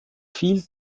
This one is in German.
viel